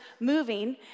moving